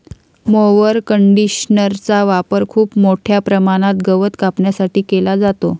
mower कंडिशनरचा वापर खूप मोठ्या प्रमाणात गवत कापण्यासाठी केला जातो